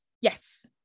Yes